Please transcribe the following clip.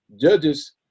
Judges